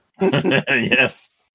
yes